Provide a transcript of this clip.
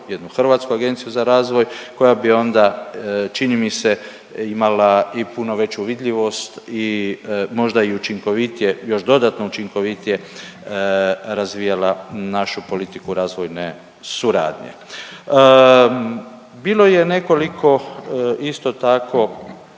jednu hrvatsku agenciju za razvoj koja bi onda čini mi se imala i puno veću vidljivost i možda i učinkovitije, još dodatno učinkovitije razvijala našu politiku razvojne suradnje. Bilo je nekoliko isto tako